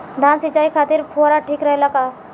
धान सिंचाई खातिर फुहारा ठीक रहे ला का?